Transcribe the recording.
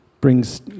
brings